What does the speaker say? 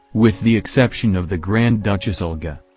with the exception of the grand duchess olga.